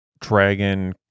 dragon